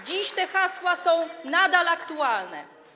Dziś te hasła są nadal aktualne.